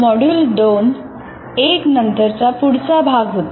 module 2 एक नंतरचा पुढचा भाग होता